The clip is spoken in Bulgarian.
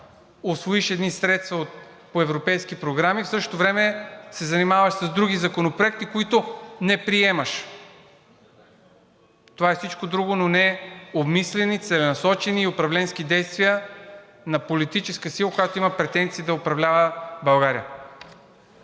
усвоиш едни средства по европейски програми, в същото време се занимаваш с други законопроекти, които не приемаш. Това е всичко друго, но не обмислени, целенасочени и управленски действия на политическа сила, която има претенции да управлява България.